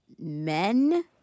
men